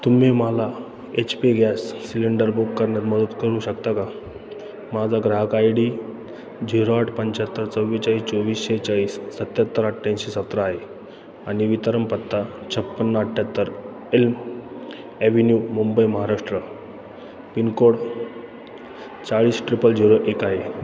तुम्ही मला H P gas cylinder book करण्यात मदत करू शकता का माझा ग्राहक आय डी झिरो आठ पंच्याहत्तर चव्वेचाळीस चोवीस सेहेचाळीस सत्त्याहत्तर अठ्ठ्याऐंशी सतरा आहे आणि वितरण पत्ता छप्पन्न अठ्ठ्याहत्तर Elm avenue Mumbai Maharashtra pin code चाळीस ट्रिपल झिरो एक आहे